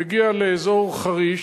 הוא מגיע לאזור חריש,